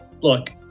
look